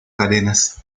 cadenas